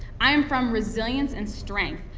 i'm from resilience and strength.